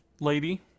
Lady